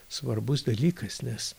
svarbus dalykas nes